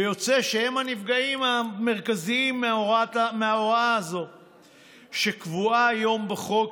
ויוצא שהם הנפגעים המרכזיים מההוראה הזאת שקבועה היום בחוק,